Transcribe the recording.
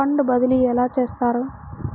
Fund బదిలీ ఎలా చేస్తారు?